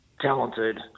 talented